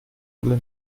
alle